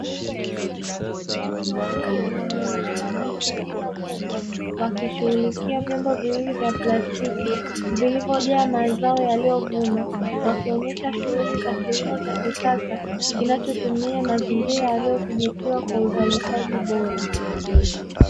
Watu wawili wameinamia ndani ya hema kubwa wakishughulikia vyombo viwili vya plastiki, vilivyojaa mazao yaliyovunwa, wakionyesha shughuli za kilimo cha kisasa kinachotumia mazingira yaliyodhibitiwa kwa uzalishaji bora.